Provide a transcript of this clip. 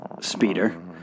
speeder